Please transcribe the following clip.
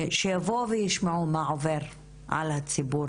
שיבואו וישמעו מה עובר על הציבור